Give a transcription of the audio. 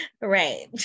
right